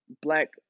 black